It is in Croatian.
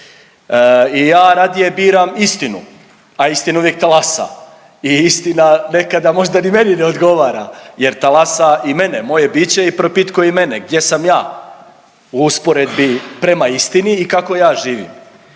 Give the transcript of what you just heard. I ja radije biram istinu, a istina uvijek talasa. I istina nekada možda ni meni ne odgovara jer talasa i mene, moje biće i propitkuje i mene gdje sam ja u usporedbi prema istini i kako ja živim.